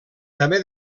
també